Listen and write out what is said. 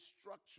structure